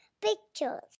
pictures